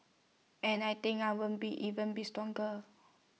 and I think I won't be even be stronger